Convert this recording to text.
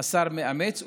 השר מאמץ,